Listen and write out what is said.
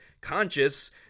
conscious